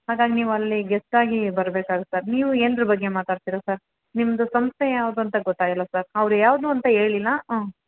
ಹಾಗಾಗಿ ನೀವು ಅಲ್ಲಿ ಗೆಸ್ಟಾಗಿ ಬರ್ಬೇಕಾಗುತ್ತೆ ಸರ್ ನೀವು ಏಂದ್ರ ಬಗ್ಗೆ ಮಾತಾಡ್ತೀರ ಸರ್ ನಿಮ್ಮದು ಸಂಸ್ಥೆ ಯಾವುದಂತ ಗೊತ್ತಾಗಿಲ್ಲ ಸರ್ ಅವ್ರು ಯಾವ್ದು ಅಂತ ಹೇಳಿಲ್ಲ ಹ್ಞೂ